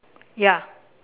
ya